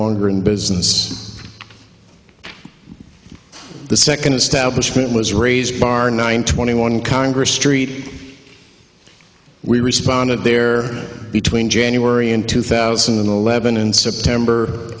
longer in business the second establishment was raised bar nine twenty one congress street we responded there between january and two thousand and eleven in september